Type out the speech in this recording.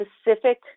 specific